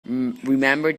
remember